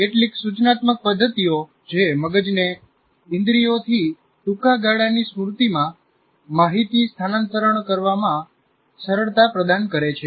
કેટલીક સૂચનાત્મક પદ્ધતિઓ જે મગજને ઇન્દ્રિયોથી ટૂંકા ગાળાની સ્મૃતિમાં માહિતી સ્થાનાંતરણ કરવા માં સરળતા પ્રદાન કરે છે